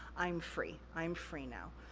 i'm free, i'm free now.